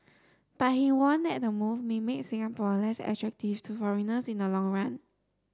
but he warned that the move may make Singapore less attractive to foreigners in the long run